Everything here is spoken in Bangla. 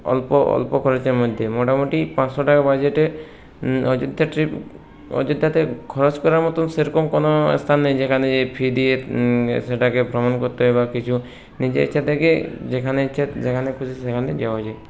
অল্প অল্প খরচের মধ্যে মোটামুটি পাঁচশো টাকা বাজেটে অযোধ্যা ট্রিপ অযোধ্যাতে খরচ করার মতো সেরকম কোনো স্থান নেই যেখানে ফি দিয়ে সেটাকে প্রমাণ করতে হয় বা কিছু নিজের ইচ্ছা থেকেই যেখানে ইচ্ছা যেখানে খুশি সেখানে যাওয়া যায়